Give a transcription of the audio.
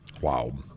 wow